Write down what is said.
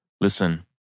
Listen